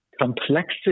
complexity